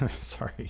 Sorry